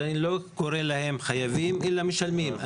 אני לא קורא להם חייבים, אלא משלמים.